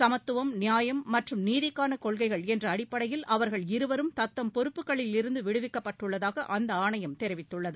சமத்துவம் நியாயம் மற்றும் நீதிக்கான கொள்கைகள் என்ற அடிப்படையில் அவர்கள் இருவரும் தத்தம் பொறுப்புகளிலிருந்து விடுவிக்கப்பட்டுள்ளதாக அந்த ஆணையம் தெரிவித்துள்ளது